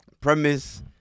premise